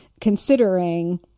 considering